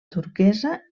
turquesa